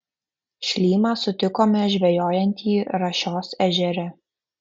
šlymą sutikome žvejojantį rašios ežere